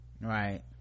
right